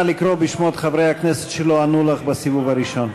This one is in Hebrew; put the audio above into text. נא לקרוא בשמות חברי הכנסת שלא ענו לך בסיבוב הראשון.